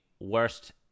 worst